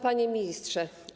Panie Ministrze!